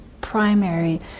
primary